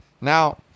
Now